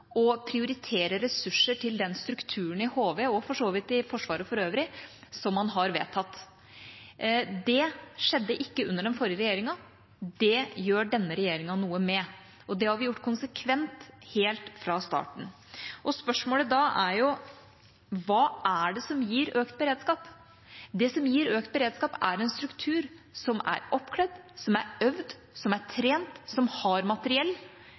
å prioritere ressurser til den strukturen i HV – og for så vidt i Forsvaret for øvrig – som man har vedtatt. Det skjedde ikke under den forrige regjeringa, det gjør denne regjeringa noe med, og det har vi gjort konsekvent helt fra starten. Spørsmålet da er: Hva er det som gir økt beredskap? Det som gir økt beredskap, er en struktur som er oppkledd, som er øvd, som er trent, som har materiell.